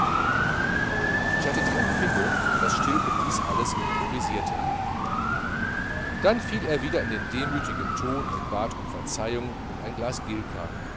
ich hatte die empfindung daß stilpe dies alles improvisierte dann fiel er wieder in den demütigen ton und bat um verzeihung und ein glas gilka